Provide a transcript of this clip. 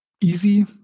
easy